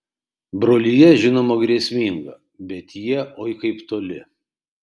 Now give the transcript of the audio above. brolija žinoma grėsminga bet jie oi kaip toli